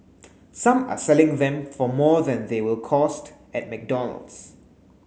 some are selling them for more than they will cost at McDonald's